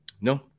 No